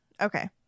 Okay